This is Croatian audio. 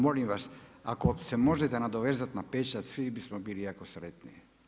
Molim vas, ako se možete nadovezati na pečat svi bismo bili jako sretni.